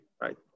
right